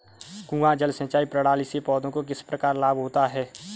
कुआँ जल सिंचाई प्रणाली से पौधों को किस प्रकार लाभ होता है?